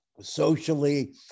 socially